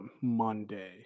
Monday